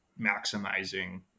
maximizing